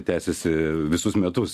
tęsiasi visus metus